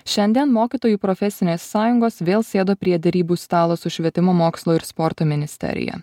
šiandien mokytojų profesinės sąjungos vėl sėdo prie derybų stalo su švietimo mokslo ir sporto ministerija